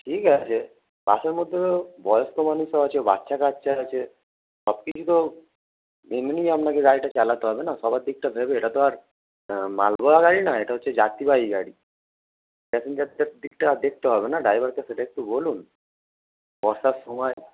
ঠিক আছে বাসের মধ্যে বয়স্ক মানুষও আছে বাচ্চা কাচ্চা আছে সব কিছু তো এমনি আপনাকে গাড়িটা চালাতে হবে না সবার দিকটা ভেবে এটা তো আর মালবহা গাড়ি নয় এটা হচ্ছে যাত্রীবাহী গাড়ি প্যাসেঞ্জারটার দিকটা দেখতে হবে না ড্রাইভারে সেটা একটু বলুন বর্ষার সময়